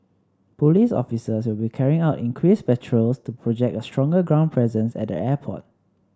police officers will be carrying out increased patrols to project a stronger ground presence at the airport